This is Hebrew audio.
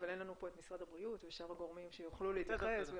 אין לנו פה את משרד הבריאות ושאר הגורמים שיוכלו להתייחס.